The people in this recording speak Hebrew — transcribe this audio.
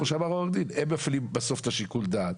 בסוף כמו שאמר היועץ המשפטי הם מפעילים את שיקול הדעת